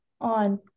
on